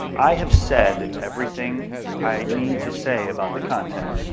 i have said everything i need to say about the content.